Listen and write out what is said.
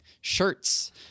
shirts